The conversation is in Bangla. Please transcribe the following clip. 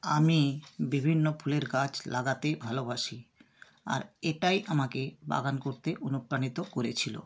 আমি বিভিন্ন ফুলের গাছ লাগাতে ভালোবাসি আর এটাই আমাকে বাগান করতে অনুপ্রাণিত করেছিল